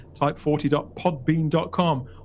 type40.podbean.com